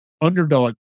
underdog